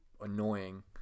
annoying